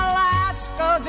Alaska